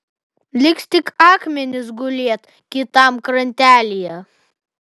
liks tik akmenys gulėt kitam krantelyje